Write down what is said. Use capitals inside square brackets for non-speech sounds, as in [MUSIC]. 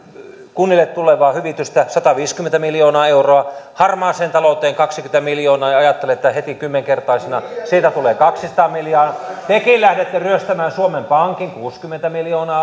kunnille tulevaa hyvitystä sataviisikymmentä miljoonaa euroa harmaaseen talouteen kaksikymmentä miljoonaa ja ajattelette että heti kymmenkertaisena siitä tulee kaksisataa miljoonaa tekin lähdette ryöstämään suomen pankin kuusikymmentä miljoonaa [UNINTELLIGIBLE]